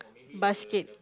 basket